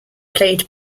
played